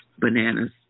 Bananas